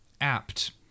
apt